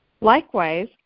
Likewise